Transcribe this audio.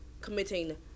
committing